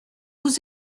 vous